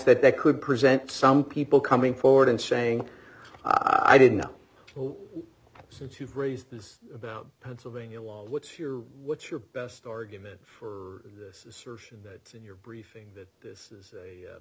that that could present some people coming forward and saying i didn't know since you've raised this about pennsylvania law what's your what's your best argument for this assertion that you're briefing that this is a